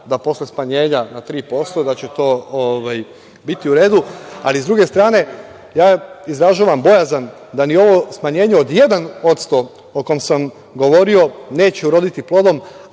da posle smanjenja na 3% da će to biti u redu.S druge strane, izražavam bojazan da ni ovo smanjenje od 1% o kojem sam govorio neće uroditi plodom,